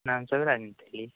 ನಾನು ಕವಿರಾಜ್ ಅಂತೇಳಿ